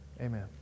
Amen